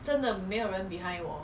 !huh!